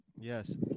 yes